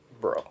Bro